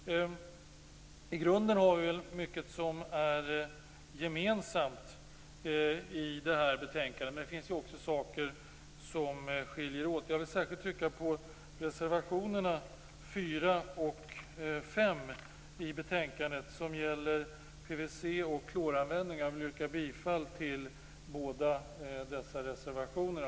I grunden är vi i utskottet överens om mycket i det här betänkandet, men det finns också frågor som skiljer oss åt. Jag vill särskilt trycka på reservationerna 4 och 5, som gäller PVC och kloranvändning. Jag vill yrka bifall till båda dessa reservationer.